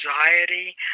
anxiety